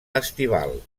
estival